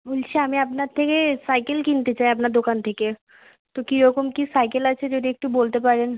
বলছি আমি আপনার থেকে সাইকেল কিনতে চাই আপনার দোকান থেকে তো কী রকম কী সাইকেল আছে যদি একটু বলতে পারেন